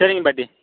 சரிங்கப் பாட்டி